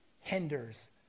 hinders